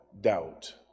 doubt